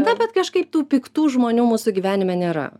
na bet kažkaip tų piktų žmonių mūsų gyvenime nėra